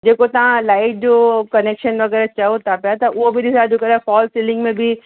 पोइ जेको तव्हां लाइट जो कनेक्शन वग़ैरह चओ था पिया त उहा बि ॾिसु अॼुकल्ह फॉल सीलिंग में बि